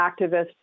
activists